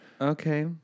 Okay